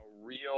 real